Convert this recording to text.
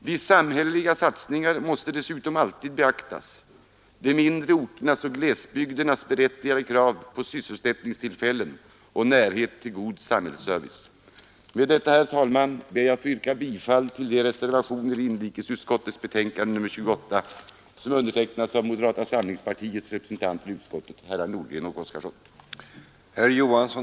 Vid samhälleliga satsningar måste dessutom alltid beaktas de mindre orternas och glesbygdernas berättigade krav på sysselsättningstillfällen och närhet till god samhällsservice. Herr talman! Med det anförda ber jag att få yrka bifall till de reservationer vid <inrikesutskottets betänkande nr 28 som har undertecknats av moderata samlingspartiets representanter i utskottet herrar Nordgren och Oskarson.